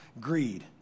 greed